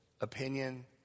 opinion